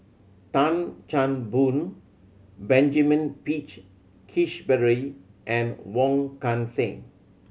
Tan Chan Boon Benjamin Peach Keasberry and Wong Kan Seng